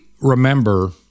remember